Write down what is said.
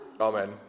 Amen